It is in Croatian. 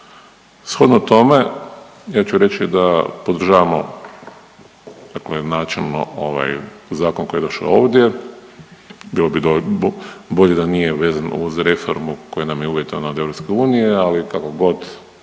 Shodno tome ja ću reći da podržavamo, dakle načelno ovaj zakon koji je došao ovdje. Bilo bi bolje da nije vezan uz reformu koja nam je uvjetovana od EU, ali kako god